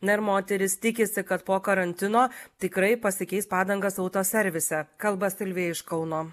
na ir moteris tikisi kad po karantino tikrai pasikeis padangas autoservise kalba silvija iš kauno